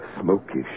smoky